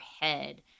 head